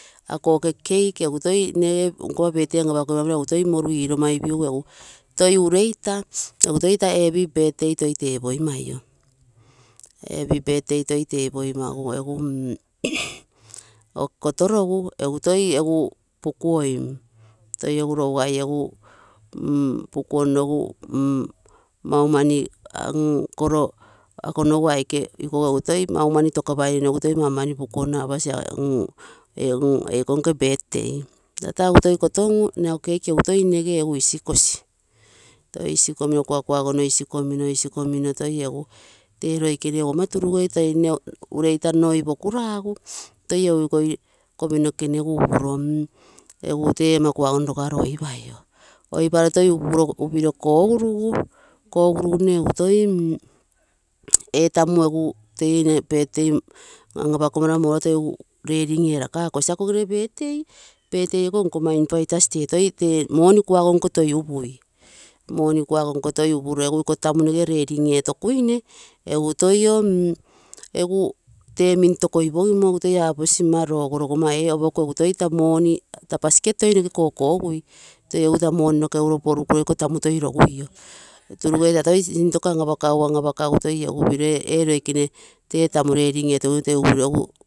Ako oke cake, nege nkomma birthday an, apakoimamara toi egu moru iromaigu egu toi ureita, egu toi taa happy birthday toi tepoimai, o happy birthday toi tepoima gu, egu mm kotorogu egu toi mm pukuoim, toi egu rougai egu pukuonno maumani koro akonogu aike ikogo toi maumani tokapaine, maumani pukuonno apasi, ia elko nke birthday tata egu toi kotongu, nne ako cake egu toi negee isikosi, toi isi komino kua, kuagono isikomino, toi egu, ee roikene egu ama turugeitu toi nne ureita nno oipoku raagu toi egu ikoi topiro nokekene toi egu tee ama kuagono rogaro oipal oiparo toi upiro kogurugu, nne egu toi, ee tamu teie nne birthday an apakomara redim erakosio akogere birthday, tee nkomma inviters money kuago nko toi upui money, kuago nko toi upuro, iko itamu reading etokuine, egu toio mm tee min tokoiposino egu toi aposi mma roogo, rogomma ee taa basket toi noke kokogui, toi egu taa money noke uro porukuro taa basket toi roguio, turugeita, tata toi sintoko an, apakagu, an apakagu toi egu piro tee tamu reading etogigu toi.